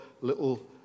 little